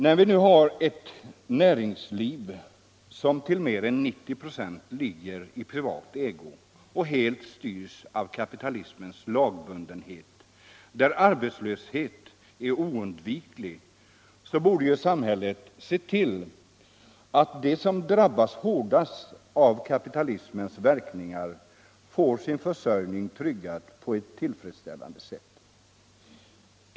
När vi nu har ett näringsliv som till mer än 90 26 ligger i privat ägo och helt styrs av kapitalismens lagbundenhet, där arbetslöshet är oundviklig, borde samhället se till att de som drabbas hårdast av kapitalismens verkningar får sin försörjning tryggad på ett tillfredsställande sätt.